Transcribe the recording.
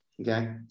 okay